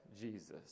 Jesus